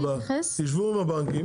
תשבו עם הבנקים.